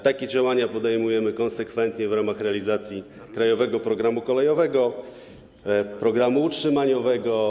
Takie działania podejmujemy konsekwentnie w ramach realizacji krajowego programu kolejowego, programu utrzymaniowego.